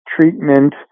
treatment